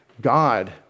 God